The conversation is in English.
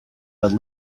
but